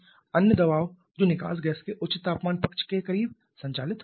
अन्य दबाव जो निकास गैस के उच्च तापमान पक्ष के करीब संचालित होता है